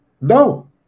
No